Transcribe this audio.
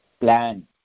plan